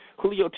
Julio